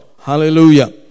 Hallelujah